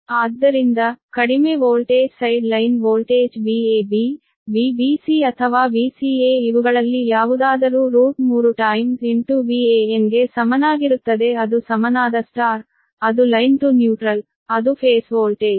ಆದ್ದರಿಂದ ಕಡಿಮೆ voltage side line voltage Vab Vbc ಅಥವಾ Vca ಇವುಗಳಲ್ಲಿ ಯಾವುದಾದರೂ 3 times VAn ಗೆ ಸಮನಾಗಿರುತ್ತದೆ ಅದು ಸಮನಾದ Y ಅದು ಲೈನ್ ಟು ನ್ಯೂಟ್ರಲ್ ಅದು ಫೇಸ್ ವೋಲ್ಟೇಜ್